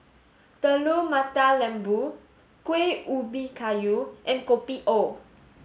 Telur Mata Lembu Kueh Ubi Kayu and Kopi O